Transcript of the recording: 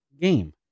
game